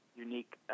unique